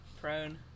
Prone